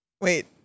wait